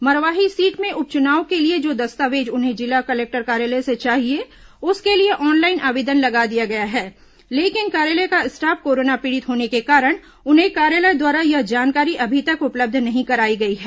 Marwahi seat में उपचुनाव के लिए जो दस्तावेज उन्हें जिला कलेक्टर कार्यालय से चाहिए उसके लिए ऑनलाइन आवेदन लगा दिया गया है लेकिन कार्यालय का स्टाफ कोरोना पीड़ित होने के कारण उन्हें कार्यालय द्वारा यह जानकारी अभी तक उपलब्ध नहीं कराई गई है